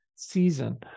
season